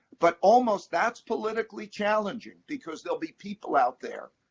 but almost that's politically challenging. because there will be people out there,